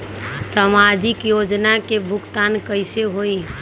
समाजिक योजना के भुगतान कैसे होई?